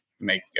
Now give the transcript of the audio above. make